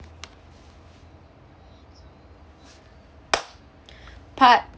part